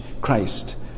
Christ